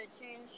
change